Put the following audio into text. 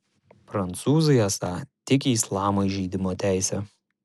prancūzai esą tiki islamo įžeidimo teise